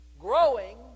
growing